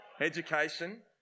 education